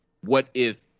what-if